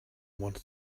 wants